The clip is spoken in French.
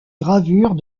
gravures